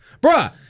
Bruh